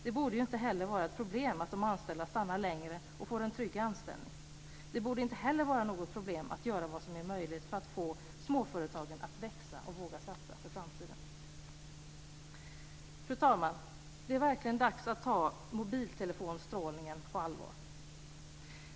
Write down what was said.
Det borde heller inte vara ett problem att de anställda stannar längre och får en trygg anställning. Det borde heller inte vara något problem göra vad som är möjligt för att få småföretagen att växa och våga satsa för framtiden. Fru talman! Det är verkligen dags att ta mobiltelefonstrålningen på allvar.